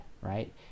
right